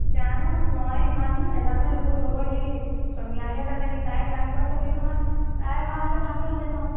জানো মই ইমানচোন নাজানোৱেই মোৰ লগৰ সেই চনিয়াহে জানে তাই গান গোৱা ছোৱালী নহয় তাই অহা হ'লে ভাল হ'লহেঁতেন ন'